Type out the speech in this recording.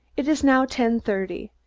it is now ten-thirty.